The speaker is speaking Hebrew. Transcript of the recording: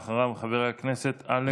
חבר הכנסת עמית הלוי, בבקשה.